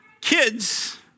kids